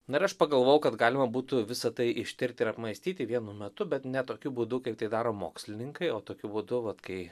na ir aš pagalvojau kad galima būtų visa tai ištirti ir apmąstyti vienu metu bet ne tokiu būdu kaip tai daro mokslininkai o tokiu būdu vat kai